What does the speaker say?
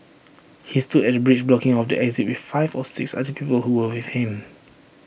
he stood at the bridge blocking off the exit with five or six other people who were with him